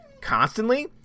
constantly